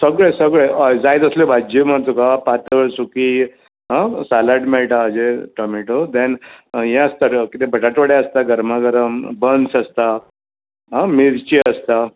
सगळें सगळें हय जाय तसल्यो भाजयो मेळटा तुका पातळ सुकी आ सालाड मेळटा हाजें टमॅटो दॅन हें आसता रे किदें बटाट वडे आसता गर्मा गरम बंस आसता आ मिर्ची आसता